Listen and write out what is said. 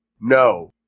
no